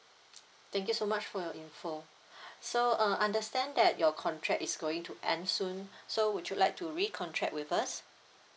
thank you so much for your info so uh understand that your contract is going to end soon so would you like to re-contract with us